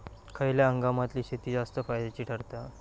खयल्या हंगामातली शेती जास्त फायद्याची ठरता?